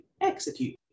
execute